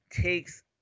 takes